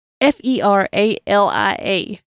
F-E-R-A-L-I-A